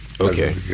Okay